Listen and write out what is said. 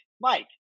Mike